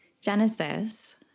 Genesis